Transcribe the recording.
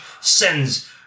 sends